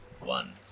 one